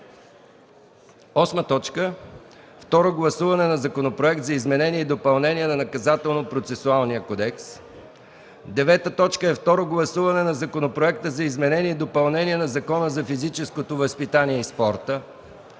работи. 8. Второ гласуване на Законопроект за изменение и допълнение на Наказателно-процесуалния кодекс. 9. Второ гласуване на Законопроект за изменение и допълнение на Закона за физическото възпитание и спорта.